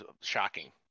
shocking